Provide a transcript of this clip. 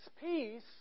peace